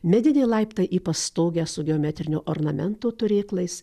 mediniai laiptai į pastogę su geometrinių ornamentų turėklais